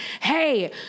hey